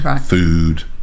food